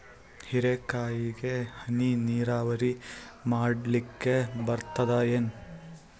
ಹೀರೆಕಾಯಿಗೆ ಹನಿ ನೀರಾವರಿ ಮಾಡ್ಲಿಕ್ ಬರ್ತದ ಏನು?